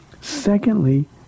secondly